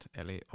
eli